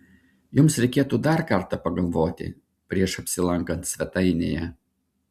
jums reikėtų dar kartą pagalvoti prieš apsilankant svetainėje